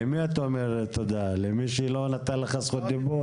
למי אתה אומר תודה, למי שלא נתן לך זכות דיבור?